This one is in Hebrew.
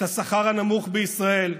את השכר הנמוך בישראל.